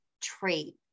trait